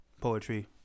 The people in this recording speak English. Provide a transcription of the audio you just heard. poetry